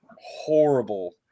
horrible